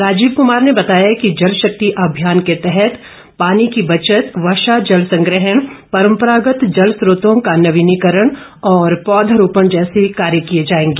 राजीव कुमार ने बताया कि जल शक्ति अभियान के तहत पानी की बचत वर्षा जल संग्रहण परंपरागत जल स्त्रोतों का नवीनीकरण और पौध रोपण जैसे कार्य किए जाएंगे